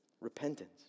Repentance